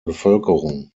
bevölkerung